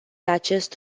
acest